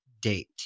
date